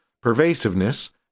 pervasiveness